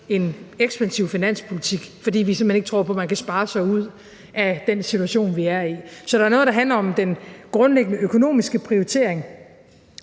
en ekspansiv finanspolitik, fordi vi simpelt hen ikke tror på, at man kan spare sig ud af den situation, vi er i. Så der er noget, der handler om den grundlæggende økonomiske prioritering,